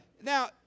Now